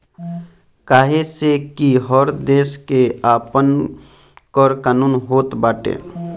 काहे से कि हर देस के आपन कर कानून होत बाटे